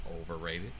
overrated